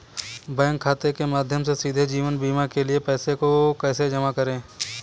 Bank खाते के माध्यम से सीधे जीवन बीमा के लिए पैसे को कैसे जमा करें?